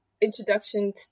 Introduction